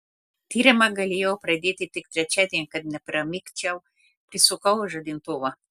tyrimą galėjau pradėti tik trečiadienį kad nepramigčiau prisukau žadintuvą